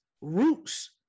roots